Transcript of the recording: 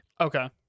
okay